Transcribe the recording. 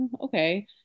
okay